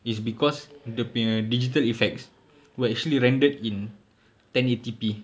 is because dia punya digital effects were actually rendered in ten eighty P